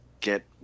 get